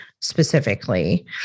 specifically